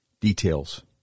details